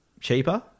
cheaper